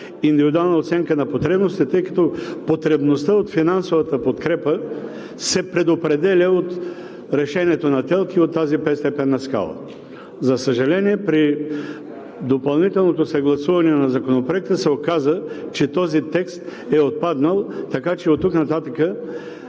индивидуална оценка на потребностите, тъй като потребността от финансовата подкрепа се предопределя от решението на ТЕЛК и от тази петстепенна скала. За съжаление, при допълнителното съгласуване на Законопроекта се оказа, че този текст е отпаднал, така че оттук нататък